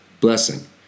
blessing